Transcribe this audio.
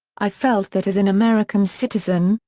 i felt that as an american citizen,